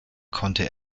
konnte